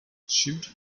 shute